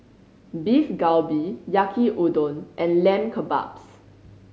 Beef Galbi Yaki Udon and Lamb Kebabs